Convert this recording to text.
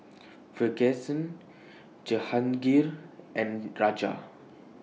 Verghese Jehangirr and Raja